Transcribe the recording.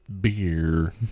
beer